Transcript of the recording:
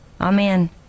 Amen